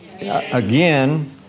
Again